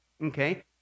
okay